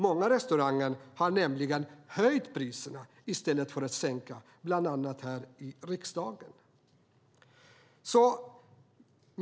Många restauranger har nämligen höjt priserna i stället för att sänka dem. Det gäller bland annat här i riksdagen.